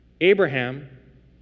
Abraham